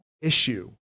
issue